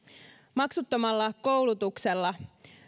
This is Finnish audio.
maksuttomalla koulutuksella